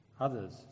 others